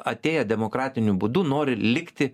atėję demokratiniu būdu nori likti